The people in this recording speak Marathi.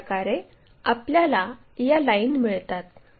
अशाप्रकारे आपल्याला या लाईन मिळतात